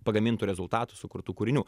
pagamintų rezultatų sukurtų kūrinių